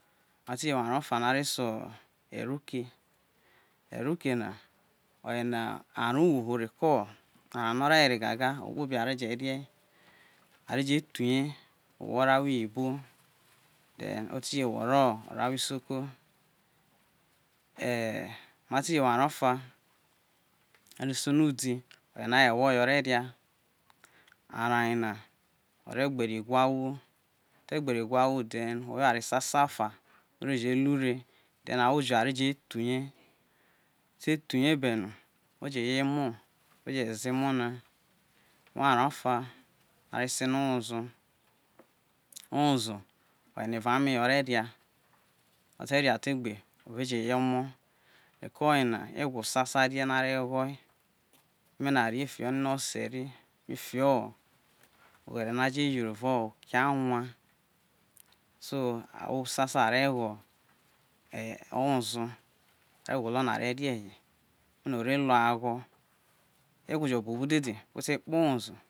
Mati je wo arao ofa no are se eruke, eruke na yo arao uwo re ko ara no ore were gaga ohwo kpobi re je rie are thu ye owo oro awho iyibi than oti je wo oro̱ ahwo isoko e̱ mati je wo arao ofa no arese no udi oyena e̱wo̱ oyo ore̱ ria, araa oyena ore gbere igu ahwo ote gberie igu o ahwo then owa eware sesa ofa no re je lu re then ahwo jo̱ re je thu ye atathu ye be̱ ao oje ye emo̱ ara je ze emo na, then owo arao ofa no are se no owozo owozo oyena evao ame ore na ote̱ria te egbe ove je ye̱ o̱mo̱, reko egwo sasa rie no are gho̱ e keme na ari ye fi ho no ose ri fiki oghere no aje yeri evao oke awa go ahwo sasa are gho owozo ne are gwo̱lo̱ no̱ are rie he keme no̱ ore luo ogho̱ e̱gwo jo buobu dede we te kpe owozo